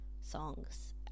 songs